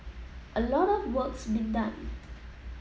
a lot of work's been done